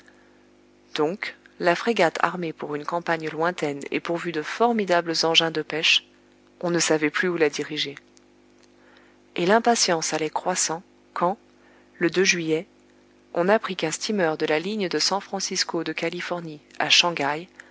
donc la frégate armée pour une campagne lointaine et pourvue de formidables engins de pêche on ne savait plus où la diriger et l'impatience allait croissant quand le juillet on apprit qu'un steamer de la ligne de san francisco de californie à shangaï